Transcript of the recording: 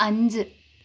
അഞ്ച്